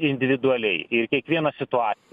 individualiai ir kiekvieną situaciją